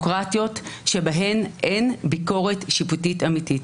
שבהן אין ביקורת שיפוטית אמיתית.